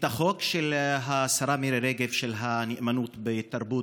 החוק של השרה מירי רגב, של הנאמנות בתרבות,